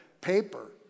paper